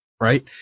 right